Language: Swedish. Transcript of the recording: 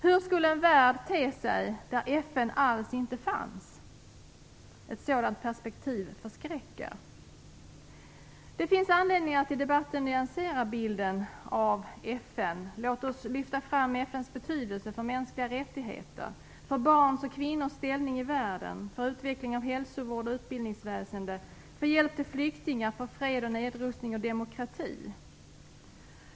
Hur skulle en värld te sig där FN alls inte fanns? Ett sådant perspektiv förskräcker. Det finns anledning att i debatten nyansera bilden av FN. Låt oss lyfta fram FN:s betydelse för mänskliga rättigheter, för barns och kvinnors ställning i världen, för utveckling av hälsovård och utbildningsväsende, för hjälp till flyktingar, för fred, nedrustning och demokrati.